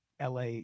LA